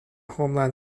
homeland